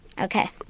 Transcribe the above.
Okay